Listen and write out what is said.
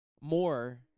more